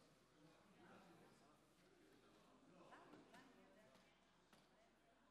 שהפוליטיקאים, בעיקר מהקואליציה בעשר השנים